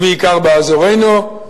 ובעיקר באזורנו,